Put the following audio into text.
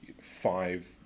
five